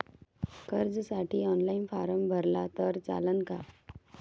कर्जसाठी online form भरला तर चालन का?